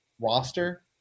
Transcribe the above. roster